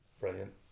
brilliant